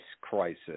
crisis